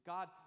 God